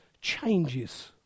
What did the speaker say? changes